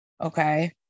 Okay